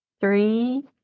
three